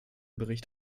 bericht